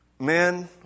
Men